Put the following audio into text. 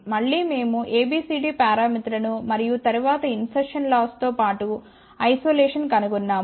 మళ్ళీ మేము ABCD పారామితులను మరియు తరువాత ఇన్సర్షస్ లాస్ తో పాటు ఐసోలేషన్ కనుగొన్నాము